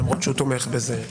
למרות שהוא תומך בזה.